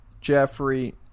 Jeffrey